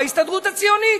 בהסתדרות הציונית,